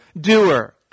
doer